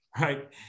right